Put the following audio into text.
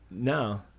No